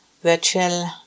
virtual